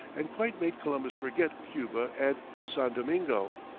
and quite made columbus forget cuba and san domingo.